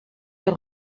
der